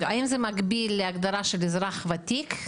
האם זה מקביל להגדרה של אזרח וותיק,